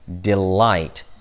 delight